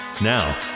Now